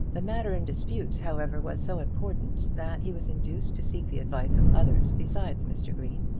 the matter in dispute, however, was so important that he was induced to seek the advice of others besides mr. green,